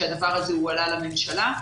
שהדבר הזה הועלה לממשלה,